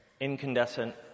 incandescent